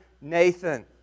Nathan